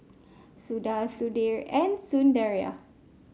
Suda Sudhir and Sundaraiah